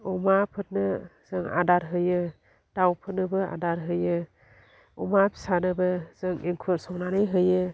अमाफोरनो जों आदार होयो दावफोरनोबो आदार होयो अमा फिसानोबो जों एंखुर संनानै होयो